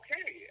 Okay